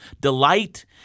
delight